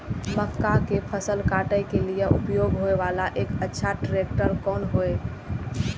मक्का के फसल काटय के लिए उपयोग होय वाला एक अच्छा ट्रैक्टर कोन हय?